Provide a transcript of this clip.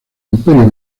imperio